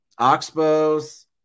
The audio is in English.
Oxbows